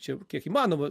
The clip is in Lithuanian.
čia jau kiek įmanoma